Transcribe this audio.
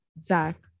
Zach